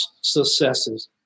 successes